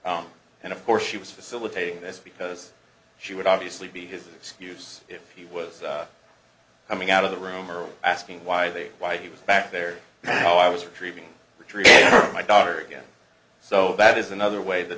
and of course she was facilitating this because she would obviously be his excuse if he was coming out of the room or asking why they why he was back there so i was retrieving retrieve my daughter again so that is another way the